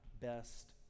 best